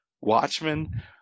Watchmen